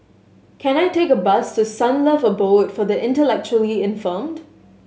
can I take a bus to Sunlove Abode for the Intellectually Infirmed